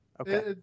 Okay